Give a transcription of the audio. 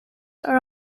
are